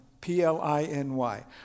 P-L-I-N-Y